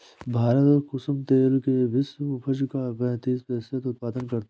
भारत कुसुम तेल के विश्व उपज का पैंतीस प्रतिशत उत्पादन करता है